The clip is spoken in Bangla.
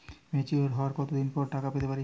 ম্যাচিওর হওয়ার কত দিন পর টাকা পেতে পারি?